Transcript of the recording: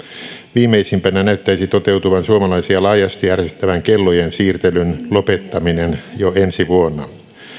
viimeisimpänä näyttäisi toteutuvan suomalaisia laajasti ärsyttävän kellojen siirtelyn lopettaminen jo ensi vuonna